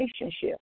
relationship